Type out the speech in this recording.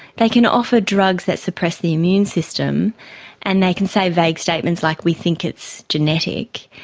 they can offer drugs that suppress the immune system and they can say vague statements like we think it's genetic,